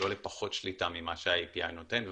לא לפחות שליטה ממה שה-API נותן.